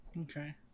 Okay